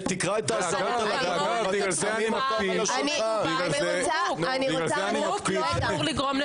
לכן אנו מקפידים לא